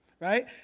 right